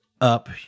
up